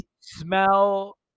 smell